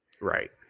Right